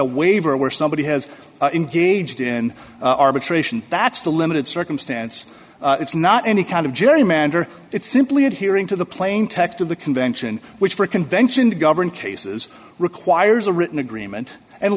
a waiver where somebody has engaged in arbitration that's the limited circumstance it's not any kind of gerrymander it's simply adhering to the plain text of the convention which for convention govern cases requires a written agreement and